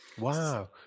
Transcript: Wow